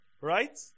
right